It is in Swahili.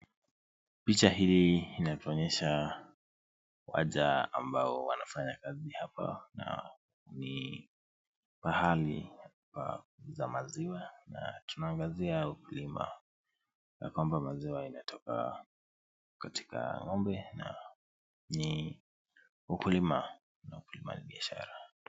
Picha hii inatuonyesha waja ambao wanafanya kazi hapa na ni pahali pa kuuza maziwa na tunaangazia ukulima ya kwamba maziwa inatoka katika ng'ombe na ukulima ni biashara.